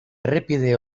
errepide